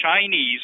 Chinese